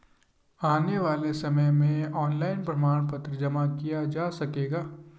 आने वाले समय में ऑनलाइन प्रमाण पत्र जमा किया जा सकेगा